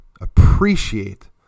appreciate